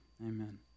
Amen